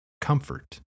Comfort